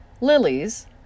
Lilies